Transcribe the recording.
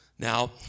Now